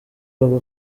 aba